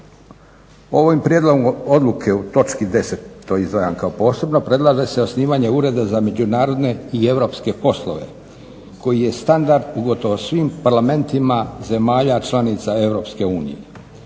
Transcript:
Ovim Prijedlogom odluke u točki 10., to izdvajam kao posebno predlaže se osnivanje ureda za međunarodne i europske poslove. Koji je standard u gotovo svim Parlamentima zemalja članica